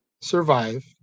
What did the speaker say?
survive